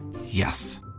Yes